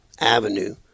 avenue